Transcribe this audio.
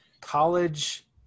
college